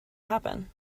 happen